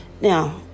Now